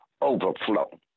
overflow